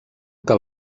que